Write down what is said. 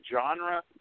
genre